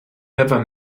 never